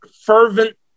fervent